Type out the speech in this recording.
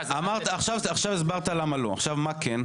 עכשיו הסברת למה לא, אבל מה כן?